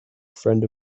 friend